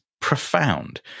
profound